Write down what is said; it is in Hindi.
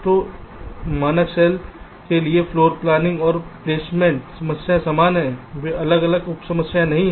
तो मानक सेल के लिए फ्लोर प्लैनिंग और प्लेसमेंट समस्याएं समान हैं वे अलग अलग उप समस्याएं नहीं हैं